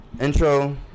intro